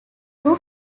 two